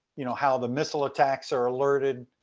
you know how the missile attacks are alerted,